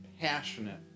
passionate